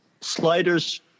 Sliders